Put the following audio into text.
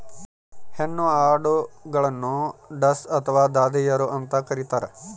ಹೆಣ್ಣು ಆಡುಗಳನ್ನು ಡಸ್ ಅಥವಾ ದಾದಿಯರು ಅಂತ ಕರೀತಾರ